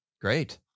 great